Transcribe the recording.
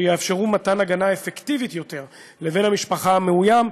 אשר יאפשרו מתן הגנה אפקטיבית יותר לבן המשפחה המאוים,